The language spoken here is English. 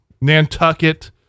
nantucket